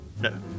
No